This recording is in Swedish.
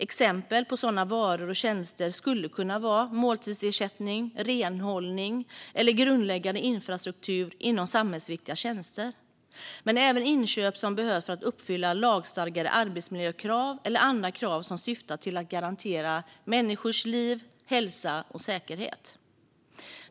Exempel på sådana varor och tjänster skulle kunna vara måltidstjänster, renhållning eller grundläggande infrastruktur inom samhällsviktiga tjänster. Men det kan även gälla inköp som behövs för att uppfylla lagstadgade arbetsmiljökrav eller andra krav som syftar till att garantera människors liv, hälsa och säkerhet.